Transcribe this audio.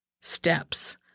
steps